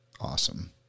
Awesome